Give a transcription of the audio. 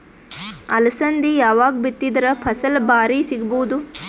ಅಲಸಂದಿ ಯಾವಾಗ ಬಿತ್ತಿದರ ಫಸಲ ಭಾರಿ ಸಿಗಭೂದು?